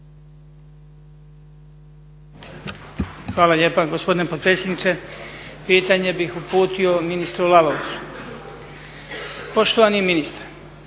Hvala lijepa gospodine potpredsjedniče. Pitanje bih uputio ministru Lalovcu. Poštovani ministre,